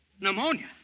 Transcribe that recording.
Pneumonia